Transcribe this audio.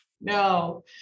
No